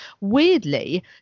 Weirdly